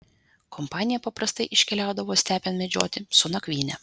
kompanija paprastai iškeliaudavo stepėn medžioti su nakvyne